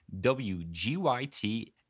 WGYT